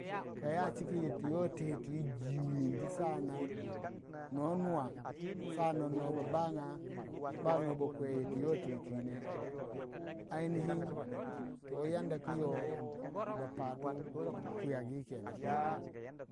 Kaya cika yiti yo te twi jiwindi ne sa an nan, no nuwa sa an nan, bo banga no ba kwe tiyo tino twi ne, ainihin to yadda ku yo bapatu pwiyagi kenan.